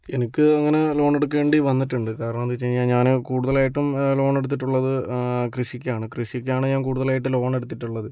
എനിക്ക് അങ്ങനെ ലോണെടുക്കേണ്ടി വന്നിട്ടുണ്ട് കാരണം എന്താണെന്നുവെച്ചു കഴിഞ്ഞാൽ ഞാൻ കൂടുതലായിട്ടും ലോണെടുത്തിട്ടുള്ളത് കൃഷിക്കാണ് കൃഷിക്കാണ് ഞാൻ കൂടുതൽ ലോണെടുത്തിട്ടുള്ളത്